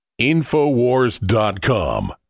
InfoWars.com